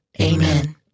Amen